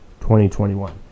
2021